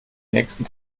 nächsten